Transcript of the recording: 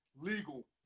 legal